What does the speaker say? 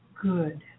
good